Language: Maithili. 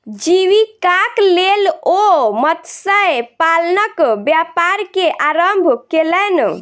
जीवीकाक लेल ओ मत्स्य पालनक व्यापार के आरम्भ केलैन